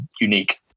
unique